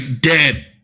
dead